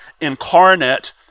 incarnate